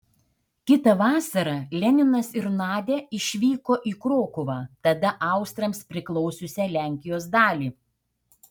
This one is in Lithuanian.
kitą vasarą leninas ir nadia išvyko į krokuvą tada austrams priklausiusią lenkijos dalį